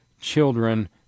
children